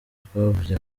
twavuze